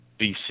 BC